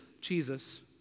Jesus